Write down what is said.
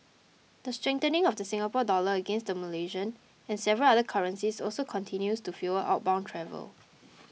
the strengthening of the Singapore Dollar against the Malaysian and several other currencies also continues to fuel outbound travel